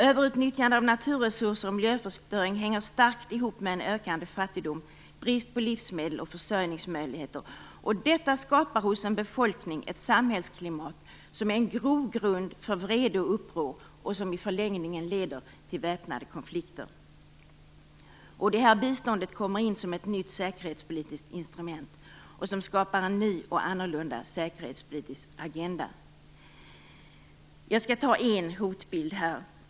Överutnyttjande av naturresurser och miljöförstöring hänger starkt ihop med en ökande fattigdom, brist på livsmedel och försörjningsmöjligheter. Detta skapar hos en befolkning ett samhällsklimat som är en grogrund för vrede och uppror och som i förlängningen leder till väpnade konflikter. Det är här biståndet kommer in som ett nytt säkerhetspolitiskt instrument som skapar en ny och annorlunda säkerhetspolitisk agenda. Jag skall nämna en hotbild.